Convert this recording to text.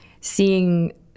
seeing